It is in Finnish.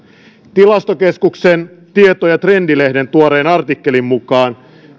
tilastokeskuksen tieto trendit lehden tuoreen artikkelin mukaan